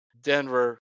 Denver